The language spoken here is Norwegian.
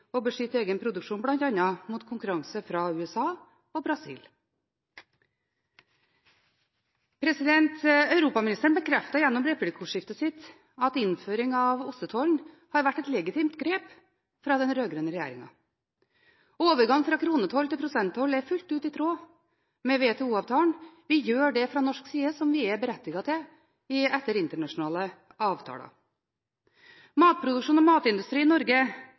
beskytte egen produksjon mot konkurranse fra bl.a. USA og Brasil. Europaministeren bekreftet gjennom replikkordskiftet sitt at innføring av ostetollen har vært et legitimt grep fra den rød-grønne regjeringen. Overgang fra kronetoll til prosenttoll er fullt ut i tråd med WTO-avtalen. Fra norsk side gjør vi det som vi er berettiget til, etter internasjonale avtaler. Matproduksjon og matindustri i Norge